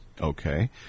okay